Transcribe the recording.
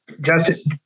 Justice